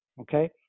Okay